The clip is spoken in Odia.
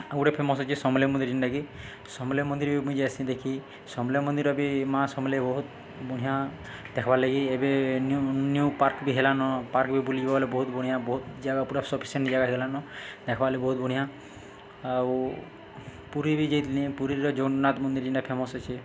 ଆଉ ଗୁଟେ ଫେମସ୍ ଅଛେ ସମଲେଇ ମନ୍ଦିର୍ ଯେନ୍ଟାକି ସମଲେଇ ମନ୍ଦିର୍ ବି ମୁଇଁ ଯାଏସିି ଦେଖି ସମଲେଇ ମନ୍ଦିରେ ବି ମା' ସମଲେଇ ବହୁତ୍ ବଢ଼ିଆଁ ଦେଖ୍ବାର୍ ଲାଗି ଏବେ ନ୍ୟୁ ନ୍ୟୁ ପାର୍କ୍ ବି ହେଲାନ ପାର୍କ୍ ବି ବୁଲିଯିବ ବଏଲେ ବହୁତ୍ ବଢ଼ିଆ ବହୁତ୍ ଜାଗା ପୁରା ସଫିସିଏଣ୍ଟ୍ ଜାଗା ହେଇଗଲାନ ଦେଖ୍ବାର୍ ଲାଗି ବହୁତ୍ ବଢ଼ିଆ ଆଉ ପୁରୀ ବି ଯାଇଥିଲି ପୁରୀର ଜଗନ୍ନାଥ ମନ୍ଦିର୍ ଯେନ୍ଟା ଫେମସ୍ ଅଛେ